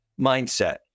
mindset